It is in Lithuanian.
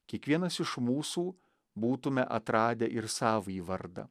kiekvienas iš mūsų būtume atradę ir savąjį vardą